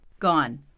Gone